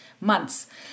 months